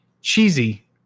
cheesy